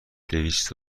دویست